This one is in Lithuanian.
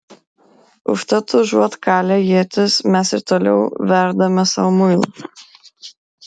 užtat užuot kalę ietis mes ir toliau verdame sau muilą